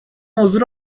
موضوع